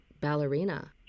ballerina